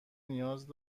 نیاز